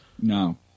no